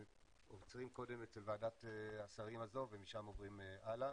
עוצרים קודם אצל ועדת השרים הזו ומשם עוברים הלאה.